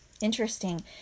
Interesting